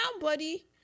buddy